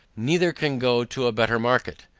neither can go to a better market.